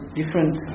different